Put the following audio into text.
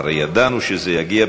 הרי ידענו שזה יגיע.